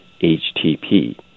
HTP